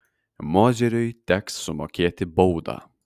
mozeriui teks sumokėti baudą